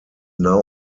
now